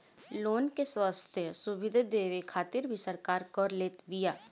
लोगन के स्वस्थ्य सुविधा देवे खातिर भी सरकार कर लेत बिया